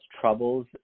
troubles